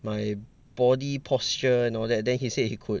my body posture and all that then he said he could